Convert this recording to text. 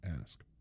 ask